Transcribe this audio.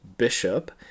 bishop